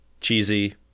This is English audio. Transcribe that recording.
cheesy